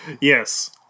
Yes